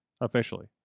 officially